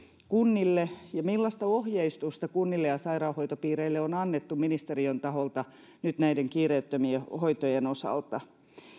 kunnille millaista ohjeistusta kunnille ja sairaanhoitopiireille on annettu ministeriön taholta nyt näiden kiireettömien hoitojen osalta